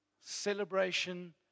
celebration